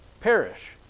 perish